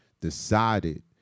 decided